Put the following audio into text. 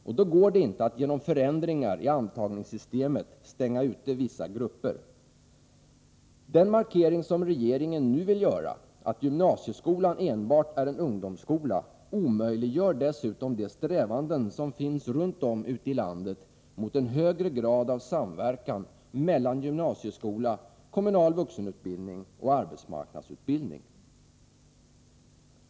Och då går det inte att genom förändringar i antagningssystemet stänga ute vissa grupper. Den markering som regeringen nu vill göra, att gymnasieskolan enbart är en ungdomsskola, omöjliggör dessutom de strävanden som finns runt om i landet mot en högre grad av samverkan mellan gymnasieskolan, kommunal vuxenutbildning och arbetsmarknadsutbildning.